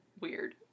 Weird